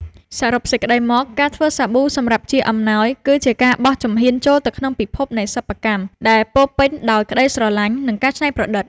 សរុបសេចក្ដីមក ការធ្វើសាប៊ូសម្រាប់ជាអំណោយ គឺជាការបោះជំហានចូលទៅក្នុងពិភពនៃសិប្បកម្មដែលពោរពេញដោយក្តីស្រឡាញ់ និងការច្នៃប្រឌិត។